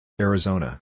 Arizona